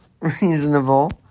reasonable